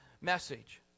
message